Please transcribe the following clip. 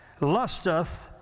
lusteth